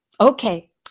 Okay